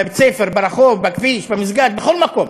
בבית-הספר, ברחוב, בכביש, במסגד, בכל מקום,